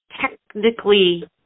technically